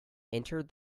entered